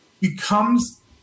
becomes